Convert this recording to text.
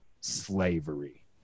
slavery